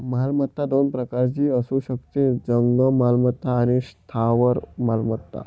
मालमत्ता दोन प्रकारची असू शकते, जंगम मालमत्ता आणि स्थावर मालमत्ता